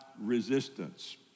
resistance